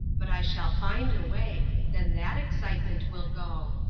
but i shall find a way then that excitement will go.